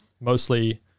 Mostly